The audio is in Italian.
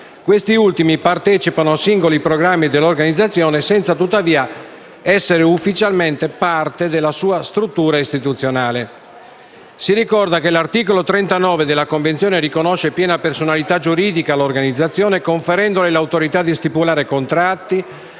Questi ultimi partecipano a singoli programmi dell'Organizzazione, senza tuttavia essere ufficialmente parte della sua struttura istituzionale. Si ricorda che l'articolo 39 della Convenzione riconosce piena personalità giuridica all'Organizzazione, conferendole l'autorità di stipulare contratti,